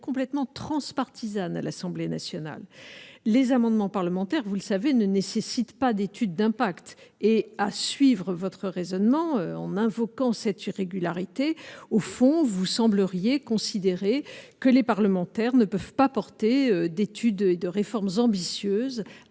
complètement transpartisane à l'Assemblée nationale, les amendements parlementaires, vous le savez, ne nécessite pas d'étude d'impact et à suivre votre raisonnement en invoquant cette irrégularité au fond vous semble riez considérer que les parlementaires ne peuvent pas porter d'études et de réformes ambitieuses